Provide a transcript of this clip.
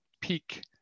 peak